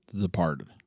Departed